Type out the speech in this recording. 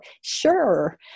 sure